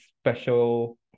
special